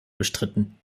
bestritten